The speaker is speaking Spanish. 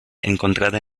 encontrada